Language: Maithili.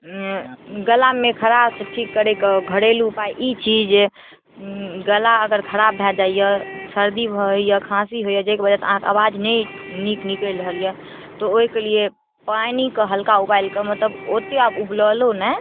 गलामे खरास ठीक करैके घरेलू उपाय ई छी जे गला अगर खराब भए जाइए सर्दी भऽ होइए खाँसी होइए जाहिके वजहसँ अहाँके आवाज नहि नीक निकलि रहल यऽ तऽ ओइके लिए पानिके हल्का उबालि कऽ मतलब ओते आब उबाललहुँ नहि